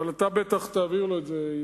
אבל אתה בטח תעביר לו את זה,